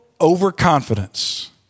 overconfidence